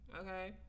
okay